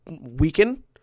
weaken